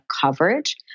coverage